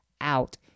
out